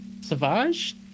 Savage